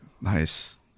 Nice